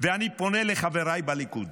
אני פונה לחבריי בליכוד: